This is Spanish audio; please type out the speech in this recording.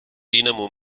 dinamo